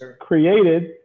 created